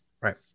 Right